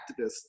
activists